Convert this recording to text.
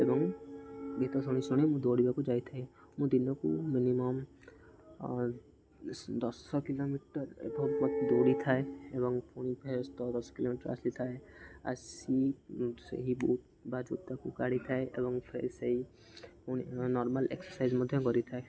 ଏବଂ ଗୀତ ଶୁଣି ଶୁଣି ମୁଁ ଦୌଡ଼ିବାକୁ ଯାଇଥାଏ ମୁଁ ଦିନକୁ ମିନିମମ୍ ଦଶ କିଲୋମିଟର ଏବୋଭ୍ ଦୌଡ଼ିଥାଏ ଏବଂ ପୁଣି ଫେର୍ ଦଶ କିଲୋମିଟର ଆସିଥାଏ ଆସି ସେହି ବୁଟ୍ ବା ଜୋତାକୁ କାଢ଼ିଥାଏ ଏବଂ ଫେର୍ ସେଇ ପୁଣି ନର୍ମାଲ୍ ଏକ୍ସରସାଇଜ୍ ମଧ୍ୟ କରିଥାଏ